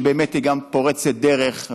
שהיא גם פורצת דרך,